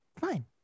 Fine